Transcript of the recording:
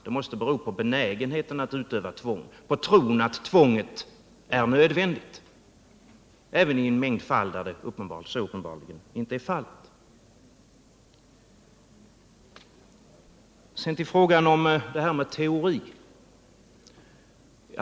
Det måste bero på benägenheten att utöva tvång, på tron att tvånget är nödvändigt även i en mängd fall där det uppenbarligen inte är så. Sedan till frågan om teori.